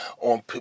on